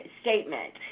statement